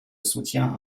soutient